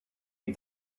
die